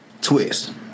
twist